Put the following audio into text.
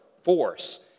force